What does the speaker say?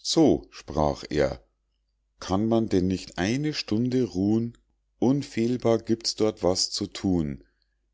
so sprach er kann man denn nicht eine stunde ruhn unfehlbar gibt's dort was zu thun